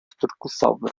turkusowy